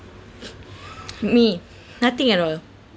me nothing at all